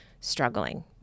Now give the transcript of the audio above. struggling